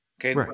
Okay